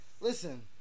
Listen